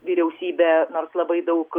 vyriausybė nors labai daug